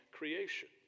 Creation